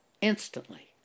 instantly